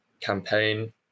campaign